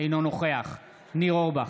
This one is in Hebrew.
אינו נוכח ניר אורבך,